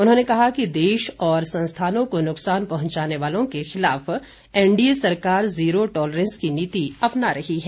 उन्होंने कहा कि देश और संस्थानों को नुकसान पहुंचाने वालों के खिलाफ एन डीए सरकार ज़ीरो टॉलरेंस की नीति अपना रही है